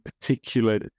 particular